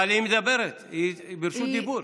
אבל היא מדברת, היא ברשות דיבור.